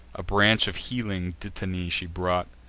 a branch of healing dittany she brought,